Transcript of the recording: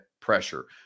pressure